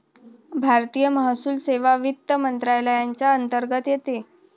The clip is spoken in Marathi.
भारतीय महसूल सेवा वित्त मंत्रालयाच्या अंतर्गत येते